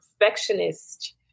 perfectionist